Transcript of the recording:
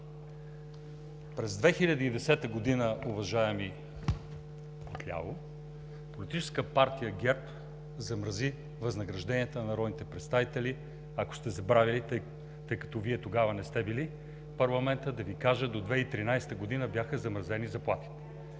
През 2010 г., уважаеми отляво, Политическа партия ГЕРБ замрази възнагражденията на народните представители. Ако сте забравили, тъй като Вие тогава не сте били в парламента, да Ви кажа: до 2013 г. бяха замразени заплатите.